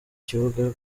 kibuga